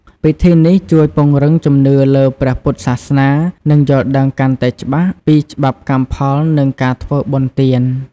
ពិធីនេះជួយពង្រឹងជំនឿលើព្រះពុទ្ធសាសនា និងយល់ដឹងកាន់តែច្បាស់ពីច្បាប់កម្មផល និងការធ្វើបុណ្យទាន។